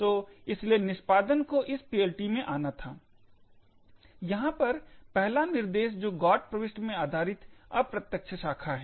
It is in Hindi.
तो इसलिए निष्पादन को इस PLT में आना था यहाँ पर पहला निर्देश जो GOT प्रविष्टि पर आधारित अप्रत्यक्ष शाखा है